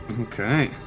okay